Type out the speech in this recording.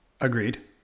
Agreed